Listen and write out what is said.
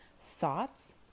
thoughts